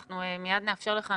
אנחנו מיד נאפשר לך,